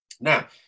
Now